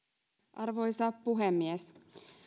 arvoisa puhemies